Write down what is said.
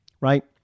right